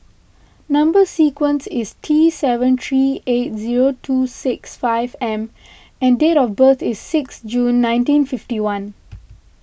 Number Sequence is T seven three eight zero two six five M and date of birth is six June nineteen fifty one